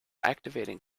activating